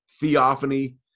Theophany